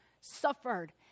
suffered